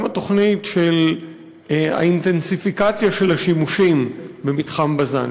גם התוכנית של האינטנסיפיקציה של השימוש במתחם בז"ן,